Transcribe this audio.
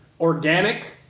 organic